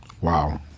wow